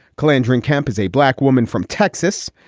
calandra and camp is a black woman from texas.